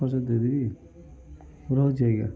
ହଁ ସାର୍ ଦେଇଦେବି ରହୁଛି ଆଜ୍ଞା